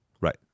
Right